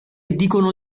dicono